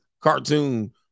cartoon